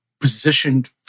positioned